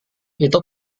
itu